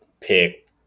Pick